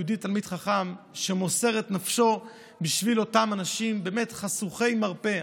יהודי תלמיד חכם שמוסר את נפשו בשביל אנשים באמת חשוכי מרפא,